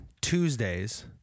Tuesdays